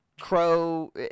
crow